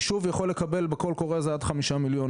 ישוב יכול לקבל בקול קורא הזה עד 5 מיליון,